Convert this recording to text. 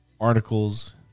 articles